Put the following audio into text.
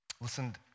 Listen